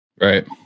Right